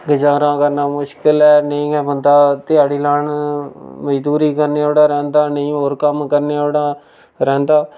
गजारा करना मुशकल ऐ नेईं गै बंदा ध्याड़ी लाने मजदूरी करने जोड़ा रैह्ंदा नेईं होर कम्म करने जोड़ा रैह्ंदा